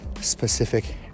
specific